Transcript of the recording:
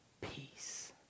peace